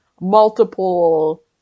multiple